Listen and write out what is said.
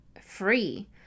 free